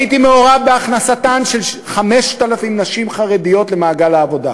הייתי מעורב בהכנסת 5,000 נשים חרדיות למעגל העבודה.